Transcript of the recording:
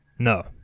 No